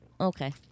Okay